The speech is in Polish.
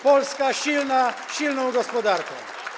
Polska silna silną gospodarką.